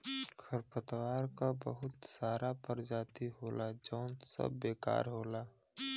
खरपतवार क बहुत सारा परजाती होला जौन सब बेकार होला